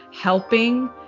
helping